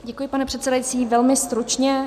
Děkuji, pane předsedající, velmi stručně.